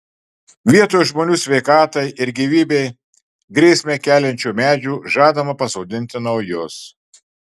vietoj žmonių sveikatai ir gyvybei grėsmę keliančių medžių žadama pasodinti naujus